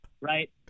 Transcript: right